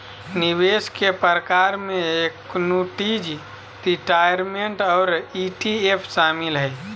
निवेश के प्रकार में एन्नुटीज, रिटायरमेंट और ई.टी.एफ शामिल हय